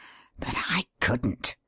but i couldn't.